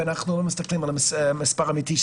ואנחנו לא מסתכלים על המספר האמיתי,